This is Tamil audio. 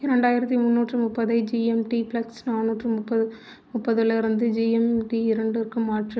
இரண்டாயிரத்து முந்நூற்று முப்பதை ஜி எம் டி ப்ளஸ் நானூற்று முப்பது முப்பதில் இருந்து ஜி எம் டி இரண்டிற்கு மாற்று